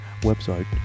website